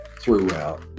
throughout